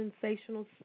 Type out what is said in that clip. sensational